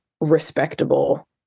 respectable